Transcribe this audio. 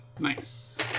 Nice